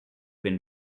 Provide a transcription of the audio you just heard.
been